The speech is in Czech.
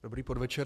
Dobrý podvečer.